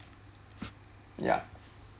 ya